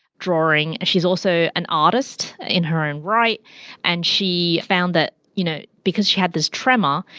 drawing, she's also an artist in her own right and she found that you know, because she had this tremor,